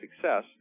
success